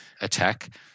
attack